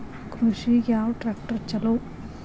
ಕೃಷಿಗ ಯಾವ ಟ್ರ್ಯಾಕ್ಟರ್ ಛಲೋ?